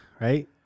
Right